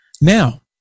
now